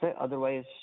otherwise